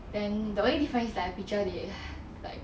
then the only difference is like a pitcher they like